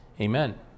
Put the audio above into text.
Amen